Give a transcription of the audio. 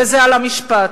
וזה משפט.